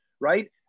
right